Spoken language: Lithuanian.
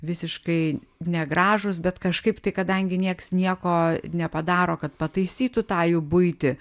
visiškai negražūs bet kažkaip tai kadangi nieks nieko nepadaro kad pataisytų tą jų buitį